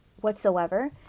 whatsoever